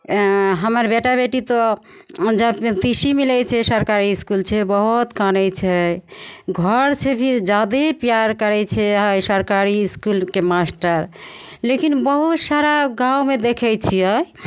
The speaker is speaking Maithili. हमर बेटा बेटी तऽ जब टी सी मिलै छै सरकारी इसकुल छै बहुत कानै छै घरसे भी जादे प्यार करै छै यहाँ सरकारी इसकुलके मास्टर लेकिन बहुत सारा गाममे देखै छिए